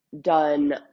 done